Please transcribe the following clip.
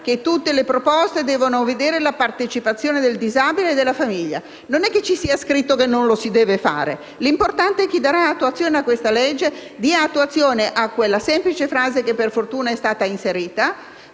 che tutte le proposte devono vedere la partecipazione del disabile e della famiglia. Non c'è scritto che non lo si debba fare; l'importante è che chi darà attuazione a questa legge dia attuazione a quella semplice frase che, per fortuna, è stata inserita,